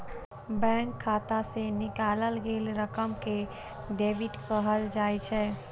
bank खाता सं निकालल गेल रकम कें डेबिट कहल जाइ छै